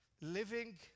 living